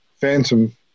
phantom